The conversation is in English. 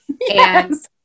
Yes